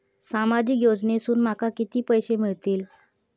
सामाजिक योजनेसून माका किती पैशे मिळतीत?